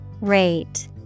Rate